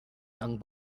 young